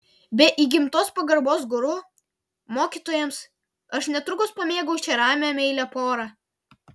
be įgimtos pagarbos guru mokytojams aš netrukus pamėgau šią ramią meilią porą